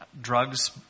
drugs